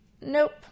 Nope